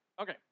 Okay